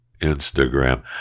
Instagram